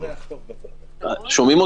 לגבי